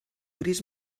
gris